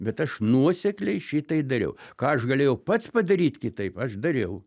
bet aš nuosekliai šitai dariau ką aš galėjau pats padaryt kitaip aš dariau